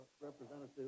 Representative